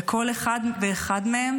וכל אחד ואחד מהם